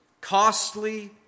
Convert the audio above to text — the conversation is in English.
costly